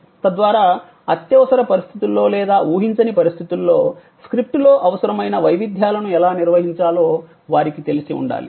తద్వారా అత్యవసర పరిస్థితుల్లో లేదా ఊహించని పరిస్థితుల్లో స్క్రిప్ట్లో అవసరమైన వైవిధ్యాలను ఎలా నిర్వహించాలో వారికి తెలిసి ఉండాలి